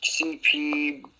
CP